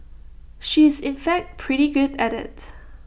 she is in fact pretty good at IT